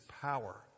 power